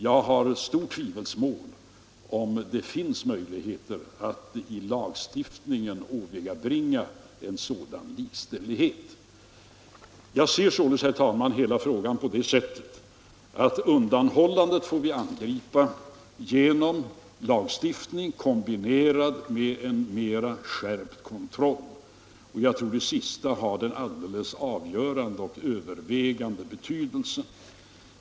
Jag sätter faktiskt i tvivelsmål om det finns möjligheter att i lagstiftningen åvägabringa en sådan likställdhet. Jag ser således, herr talman, hela frågan på det sättet att undanhållandet får vi angripa genom lagstiftning, kombinerad med en mera skärpt kontroll. Jag tror att det sista har den alldeles avgörande och övervägande betydelsen.